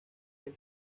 del